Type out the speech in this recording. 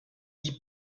hip